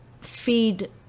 feed